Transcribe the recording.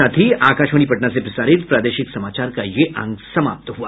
इसके साथ ही आकाशवाणी पटना से प्रसारित प्रादेशिक समाचार का ये अंक समाप्त हुआ